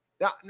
now